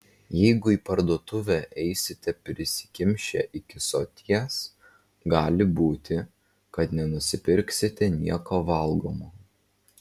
jeigu į parduotuvę eisite prisikimšę iki soties gali būti kad nenusipirksite nieko valgomo